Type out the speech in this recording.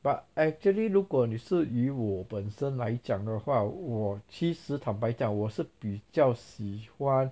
but actually 如果你是以我本身来讲的话我其实坦白讲我是比较喜欢